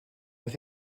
with